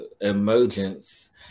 emergence